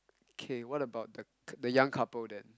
okay what about the young couple then